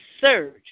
surge